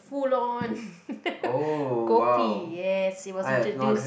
full on kopi yes it was introduced